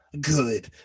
Good